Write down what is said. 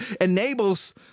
enables